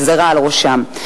גזירה על ראשם.